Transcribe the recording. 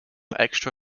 extra